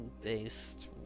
based